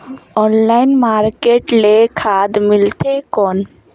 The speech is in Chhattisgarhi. ऑनलाइन मार्केट ले खाद मिलथे कौन?